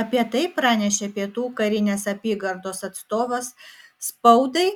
apie tai pranešė pietų karinės apygardos atstovas spaudai